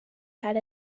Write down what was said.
had